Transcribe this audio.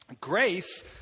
Grace